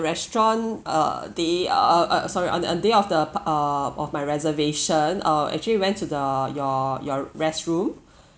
restaurant uh day uh uh sorry on the on the day of the err of my reservation uh I actually went to the your your restroom